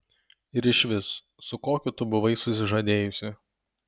ir išvis su kokiu tu buvai susižadėjusi